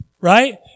Right